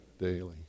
Daily